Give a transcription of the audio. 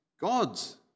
God's